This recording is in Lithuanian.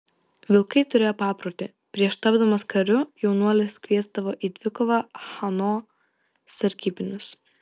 vilkai turėjo paprotį prieš tapdamas kariu jaunuolis kviesdavo į dvikovą chano sargybinius